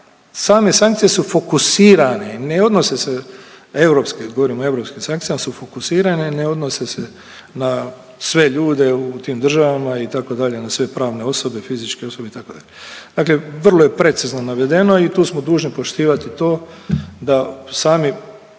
same sankcije su fokusirane i ne odnose se na europske, govorim o europskim sankcijama, su fokusirane ne odnose na sve ljude u tim državama itd., na sve pravne osobe i fizičke osobe itd. Dakle, vrlo je precizno navedeno i tu smo dužni poštivati to da sami